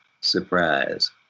surprise